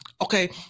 Okay